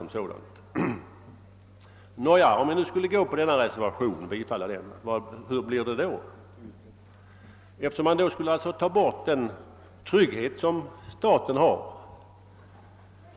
Om reservationen skulle bifallas, skulle den trygghet som staten nu har